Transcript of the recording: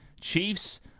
Chiefs